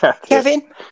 Kevin